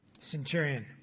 centurion